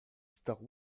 star